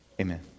Amen